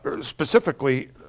specifically